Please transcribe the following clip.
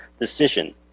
decision